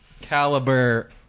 caliber